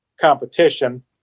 competition